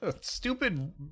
Stupid